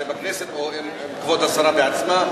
אם בכנסת או עם כבוד השרה בעצמה,